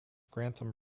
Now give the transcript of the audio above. grantham